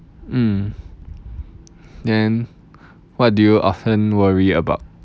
mm then what do you often worry about